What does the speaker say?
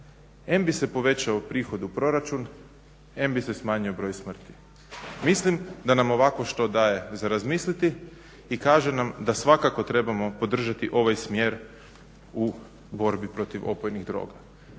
em bi se povećao prihod u proračun, em bi se smanjio broj smrti. Mislim da nam ovakvo što daje za razmisliti i kaže nam da svakako trebamo podržati ovaj smjer u borbi protiv opojnih droga.